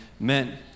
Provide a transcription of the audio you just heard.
Amen